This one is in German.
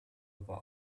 war